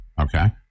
okay